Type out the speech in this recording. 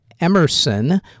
Emerson